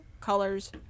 Colors